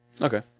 Okay